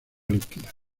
líquida